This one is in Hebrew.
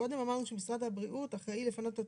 קודם אמרנו שמשרד הבריאות אחראי לפנות את